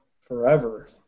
Forever